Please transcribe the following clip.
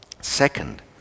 Second